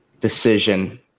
decision